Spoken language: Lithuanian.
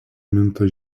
minta